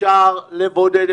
אפשר לבודד,